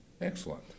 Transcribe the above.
Excellent